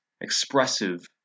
expressive